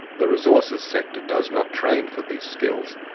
the resources sector does not train for these skills,